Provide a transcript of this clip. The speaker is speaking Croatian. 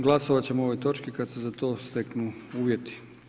Glasovat ćemo o ovoj točki kad se za to steknu uvjeti.